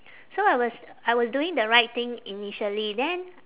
so I was I was doing the right thing initially then